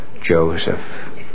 Joseph